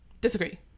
Disagree